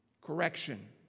Correction